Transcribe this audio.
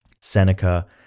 Seneca